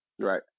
Right